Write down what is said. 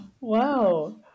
Wow